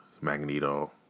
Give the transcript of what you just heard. Magneto